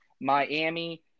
Miami